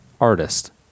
artist